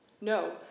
No